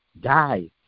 die